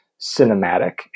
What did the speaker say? cinematic